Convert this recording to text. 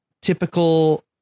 typical